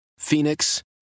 Phoenix